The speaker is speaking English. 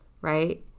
right